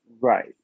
Right